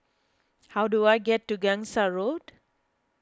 how do I get to Gangsa Road